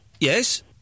Yes